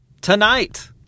Tonight